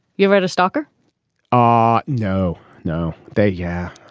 you've had a stalker ah no, no. they. yeah.